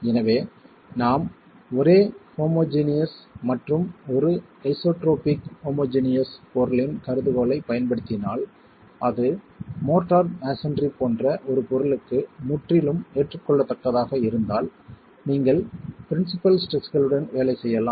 எனவே நாம் ஒரே ஹோமோஜெனியஸ் மற்றும் ஒரு ஐசோட்ரோபிக் ஹோமோஜெனியஸ் பொருளின் கருதுகோளைப் பயன்படுத்தினால் அது மோர்ட்டார் மஸோன்றி போன்ற ஒரு பொருளுக்கு முற்றிலும் ஏற்றுக்கொள்ளத்தக்கதாக இருந்தால் நீங்கள் பிரின்சிபல் ஸ்ட்ரெஸ்களுடன் வேலை செய்யலாம்